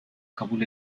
kabul